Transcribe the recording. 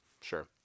sure